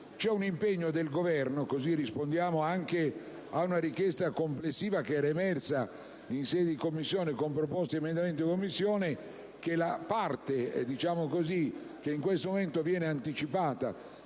C'è l'impegno del Governo - in tal modo rispondiamo anche ad una richiesta complessiva emersa in sede di Commissione con proposte di emendamenti - a che la parte che in questo momento viene anticipata